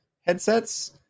headsets